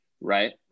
Right